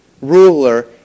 ruler